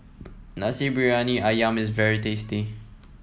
Nasi Briyani ayam is very tasty